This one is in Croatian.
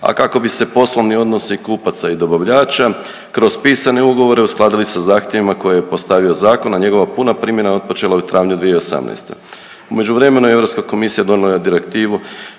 a kako bi se poslovni odnosi kupaca i dobavljača kroz pisane ugovore uskladili sa zahtjevima koje je postavio zakon, a njegova puna primjena otpočela je u travnju 2018.. U međuvremenu je Europska komisija donijela Direktivu